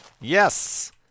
Yes